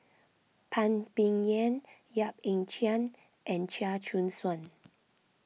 Phan Ming Yen Yap Ee Chian and Chia Choo Suan